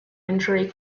injury